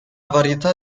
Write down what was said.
varietà